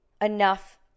enough